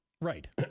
Right